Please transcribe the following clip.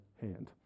hand